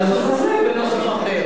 לא בנוסח הזה, בנוסח אחר.